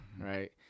right